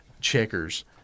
checkers